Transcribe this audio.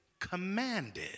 commanded